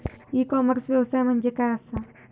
E commerce व्यवसाय म्हणजे काय असा?